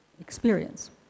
experience